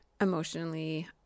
emotionally